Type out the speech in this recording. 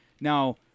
Now